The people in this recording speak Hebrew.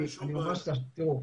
תראו,